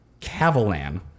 Cavalan